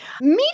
Media